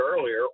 earlier